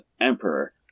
emperor